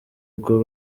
ubwo